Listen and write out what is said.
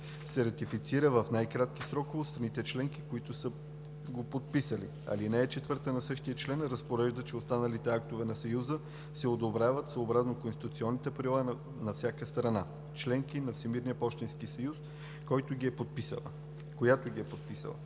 се ратифицира в най-кратки срокове от страните членки, които са го подписали. Алинея 4 на същия член разпорежда, че останалите актове на Съюза се одобряват съобразно конституционните правила на всяка страна – членка на Всемирния пощенски съюз, която ги е подписала.